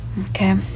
Okay